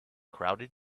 crowded